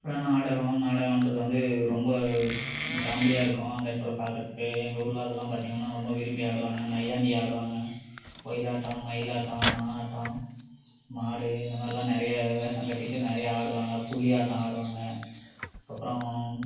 இந்த நாடகம் நாடகம்ன்றது வந்து ரொம்ப காமெடியாக இருக்கும் அந்த இடத்துல பாக்கிறதுக்கு எங்கள் ஊரில் அதல்லாம் பார்த்தீங்கன்னா ரொம்ப விரும்பி ஆடுவாங்க நையாண்டி ஆடுவாங்க ஒயிலாட்டம் மயிலாட்டம் மானாட்டம் மாடு இந்த மாதிரிலாம் நிறைய வேஷம் கட்டிகிட்டு நிறையா ஆடுவாங்க புலி ஆட்டம் ஆடுவாங்க அப்புறம்